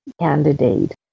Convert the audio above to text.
candidate